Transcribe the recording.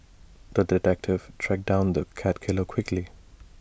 the detective tracked down the cat killer quickly